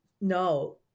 no